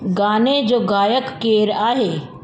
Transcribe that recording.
गाने जो गायक केरु आहे